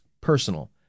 personal